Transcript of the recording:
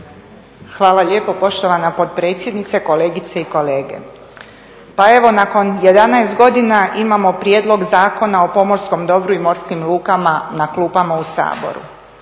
Hvala lijepo poštovana potpredsjednice, kolegice i kolege. Pa evo nakon 11 godina imamo Prijedlog zakona o pomorskom dobru i morskim lukama na klupama u Saboru.